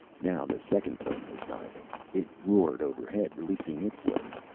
now the second plane was diving. it roared overhead, releasing its load.